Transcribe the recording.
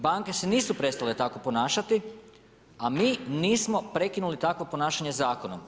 Banke se nisu prestale tako ponašati, a mi nismo prekinuli takvo ponašanje zakonom.